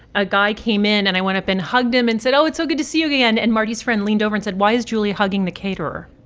a guy came in and i went up and hugged him and said, oh, it's so good to see you again. and marty's friend leaned over and said, why is julie hugging the caterer?